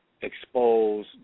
expose